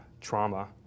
trauma